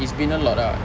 it's been a lot ah